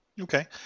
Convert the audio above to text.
Okay